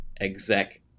exec